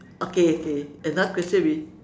okay okay another question will be